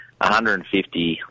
150